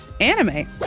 anime